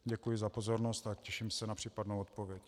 Děkuji za pozornost a těším se na případnou odpověď.